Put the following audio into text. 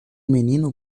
menino